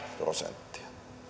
prosenttia